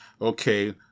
okay